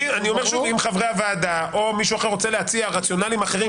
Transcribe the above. ואם חברי הוועדה או מישהו אחר רוצה להציע רציונלים אחרים